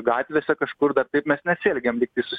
gatvėse kažkur dar taip mes nesielgėm lyg tais